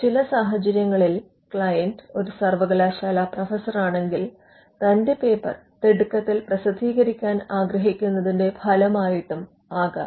ചില സാഹചര്യങ്ങൾ ക്ലയന്റ് ഒരു സർവ്വകലാശാല പ്രൊഫസറാണെങ്കിൽ തന്റെ പേപ്പർ തിടുക്കത്തിൽ പ്രസിദ്ധീകരിക്കാൻ ആഗ്രഹിക്കുന്നതിന്റെ ഫലമായിട്ടുമാകാം